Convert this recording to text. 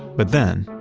but then,